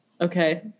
Okay